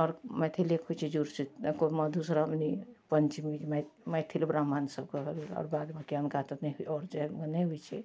आओर मिथिलेके होइ छै जुड़शीतल आ को मधुश्रामनी पञ्चमी मै मैथिल ब्राह्मण सबकऽ भेलै और बादमऽ अनका सबके नै होइछै